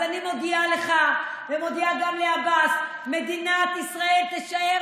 אז אני מודיעה לך ומודיעה גם לעבאס: מדינת ישראל תישאר